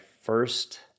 first